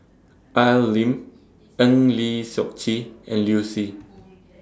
Al Lim Eng Lee Seok Chee and Liu Si